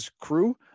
crew